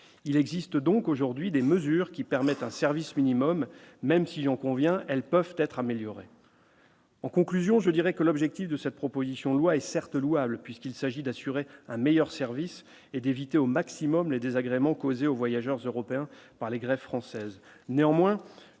il existe donc aujourd'hui des mesures qui permettent un service minimum, même si j'en conviens, elles peuvent être améliorées. En conclusion, je dirais que l'objectif de cette proposition de loi est certes louable, puisqu'il s'agit d'assurer un meilleur service et d'éviter au maximum les désagréments causés aux voyageurs européens par les grèves françaises, néanmoins